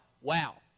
wow